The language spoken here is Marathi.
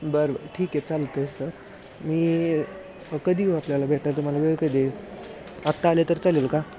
बरं बरं ठीक आहे चालतय तेच तर मी कधी येऊ आपल्याला भेटतं तुम्हाला वेळ कधी आहे आत्ता आले तर चालेल का